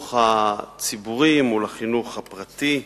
החינוך הציבורי מול החינוך הפרטי,